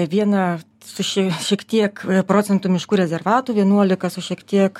vieną su šie šiek tiek procentų miškų rezervatų vienuolika su šiek tiek